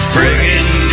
Friggin